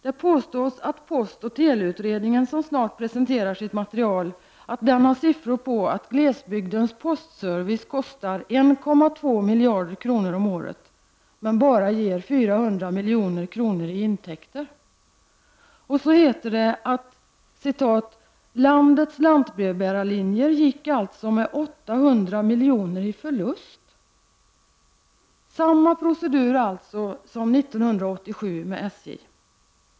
Det påstås att postoch teleutredningen, som snart presenterar sitt material, har siffror som visar att glesbygdens postservice kostar 1,2 miljarder kronor om året, men bara ger 400 milj.kr. i intäkter. Och så heter det i pressen att ”landets lantbrevbärarlinjer gick alltså med 800 milj.kr. i förlust”! Samma procedur alltså som 1987 med SJ.